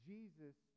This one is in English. Jesus